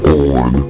on